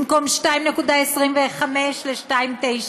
במקום 2.25 יהיה 2.9,